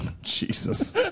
Jesus